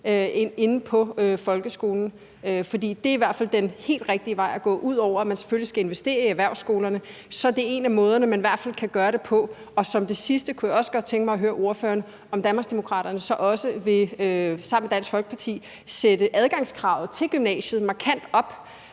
inde i folkeskolen? For det er i hvert fald den helt rigtige vej at gå. Ud over at man selvfølgelig skal investere i erhvervsskolerne, er det i hvert fald en af måderne, man kan gøre det på. Som det sidste kunne jeg godt tænke mig at høre ordføreren, om Danmarksdemokraterne så også sammen med Dansk Folkeparti vil sætte adgangskravet til gymnasiet markant op?